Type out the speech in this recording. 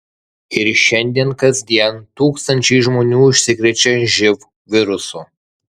ir šiandien kasdien tūkstančiai žmonių užsikrečia živ virusu